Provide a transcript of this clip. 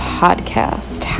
podcast